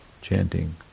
chanting